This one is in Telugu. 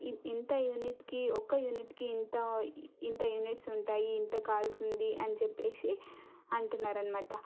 ఇంత యూనిట్కి ఒక యూనిట్కి ఇంత ఇంత యూనిట్స్ ఉంటాయి ఇంత కాలుతుంది అని చెప్పేసి అంటున్నారు అన్నమాట